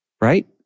Right